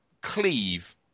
cleave